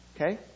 okay